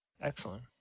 Excellent